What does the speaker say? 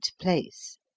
place